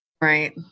Right